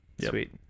sweet